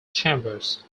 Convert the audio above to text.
chambers